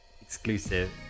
exclusive